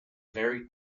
very